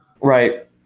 right